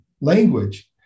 language